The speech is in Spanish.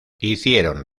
hicieron